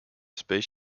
space